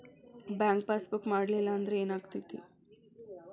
Bank passbook ಮಾಡಲಿಲ್ಲ ಅಂದ್ರೆ ಏನ್ ಆಗ್ತೈತಿ?